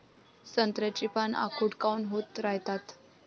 संत्र्याची पान आखूड काऊन होत रायतात?